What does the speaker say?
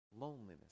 loneliness